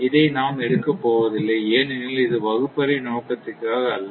இதை நாம் எடுக்க போவதில்லை ஏனெனில் இது வகுப்பறை நோக்கத்திற்காக அல்ல